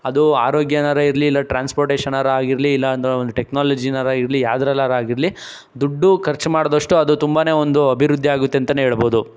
ಅದು ಆರೋಗ್ಯನರ ಇರಲಿ ಇಲ್ಲ ಟ್ರಾನ್ಸ್ಪೋರ್ಟೇಶನವ್ರಾಗಿರಲಿ ಇಲ್ಲ ಒಂದು ಟೆಕ್ನಾಲಜಿನಾರ ಇರಲಿ ಯಾವುದರಲ್ಲಾದ್ರೂ ಆಗಿರಲಿ ದುಡ್ಡು ಖರ್ಚು ಮಾಡಿದಷ್ಟು ಅದು ತುಂಬನೇ ಒಂದು ಅಭಿವೃದ್ಧಿಯಾಗುತ್ತೆ ಅಂತಲೇ ಹೇಳ್ಬೋದು